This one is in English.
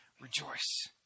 Rejoice